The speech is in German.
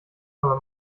aber